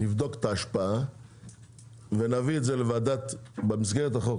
נבדוק את ההשפעה ונביא את זה במסגרת החוק